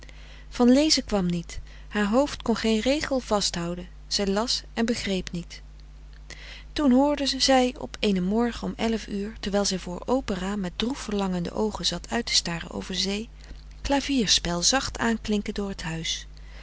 van lezen kwam niet haar hoofd kon geen regel vasthouden zij las en begreep niet toen hoorde zij op eenen morgen om elf uur terwijl zij voor open raam met droef verlangende oogen zat uit te staren over zee klavier spel zacht aanklinken door t huis